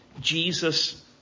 Jesus